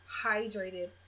hydrated